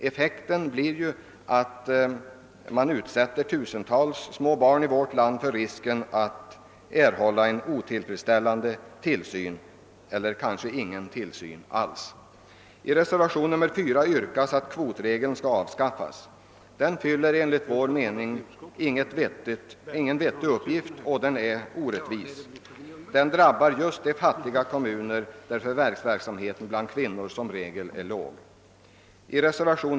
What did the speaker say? Effekten blir att tusentals små barn i vårt land utsätts för risken att erhålla en otillfredsställande tillsyn eller kanske ingen tillsyn alls. I reservation 4 yrkas att kvotregeln skall avskaffas. Den fyller enligt vår mening ingen vettig uppgift, och den är orättvis, eftersom den särskilt drabbar de fattiga kommuner där förvärvsintensiteten bland kvinnorna som regel är låg.